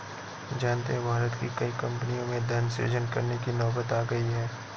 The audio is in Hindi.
जानते हो भारत की कई कम्पनियों में धन सृजन करने की नौबत आ गई है